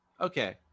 okay